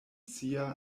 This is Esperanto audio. sia